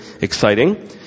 exciting